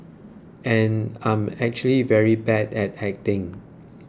and I'm actually very bad at acting